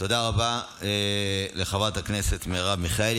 תודה רבה לחברת הכנסת מרב מיכאלי.